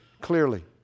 clearly